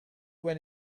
when